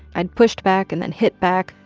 i'd pushed back and then hit back,